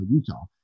Utah